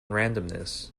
randomness